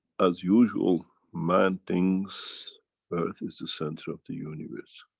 as usual, man thinks earth is the center of the universe.